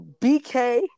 BK